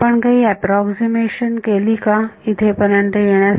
आपण काही अॅप्रॉक्सीमेशन केली का इथपर्यंत येण्यासाठी